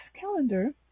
calendar